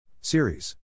Series